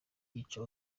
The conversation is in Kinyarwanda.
yica